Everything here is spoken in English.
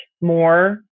more